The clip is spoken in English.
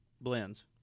blends